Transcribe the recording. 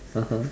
(uh huh)